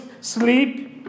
sleep